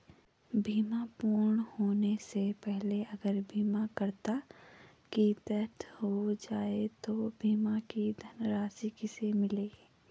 बीमा पूर्ण होने से पहले अगर बीमा करता की डेथ हो जाए तो बीमा की धनराशि किसे मिलेगी?